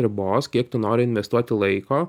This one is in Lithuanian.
ribos kiek tu nori investuoti laiko